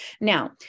Now